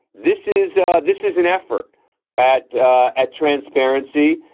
this is this is an effort at at transparency,